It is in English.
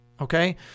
Okay